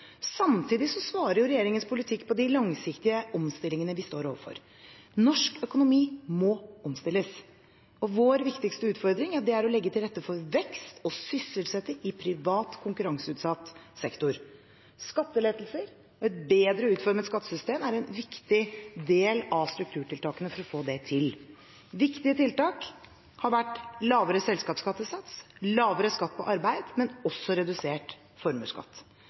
Samtidig svarer regjeringens politikk på de langsiktige utfordringene vi står overfor. Norsk økonomi må omstilles. Vår viktigste utfordring er å legge til rette for vekst og sysselsetting i privat, konkurranseutsatt sektor. Skattelettelser og et bedre utformet skattesystem er en viktig del av strukturtiltakene for å få det til. Viktige tiltak har vært lavere selskapsskattesats og lavere skatt på arbeid, men også redusert formuesskatt.